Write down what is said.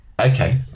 Okay